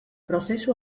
prozesu